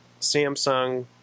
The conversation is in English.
Samsung